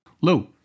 Lou